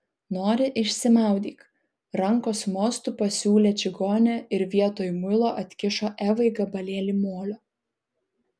nori išsimaudyk rankos mostu pasiūlė čigonė ir vietoj muilo atkišo evai gabalėlį molio